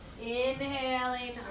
Inhaling